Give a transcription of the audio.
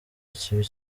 kibi